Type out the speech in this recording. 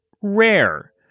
rare